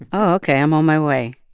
but ok. i'm on my way.